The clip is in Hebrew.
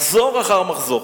מחזור אחר מחזור.